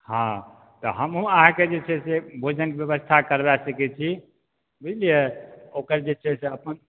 हँ तऽ हमहुँ अहाँके जे छै से भोजनके व्यवस्था करवाय सकैत छी बुझलिए ओकर जे छै से अपन